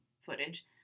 footage